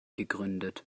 gegründet